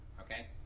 Okay